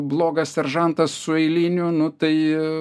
blogas seržantas su eiliniu nu tai